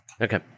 Okay